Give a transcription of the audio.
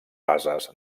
bases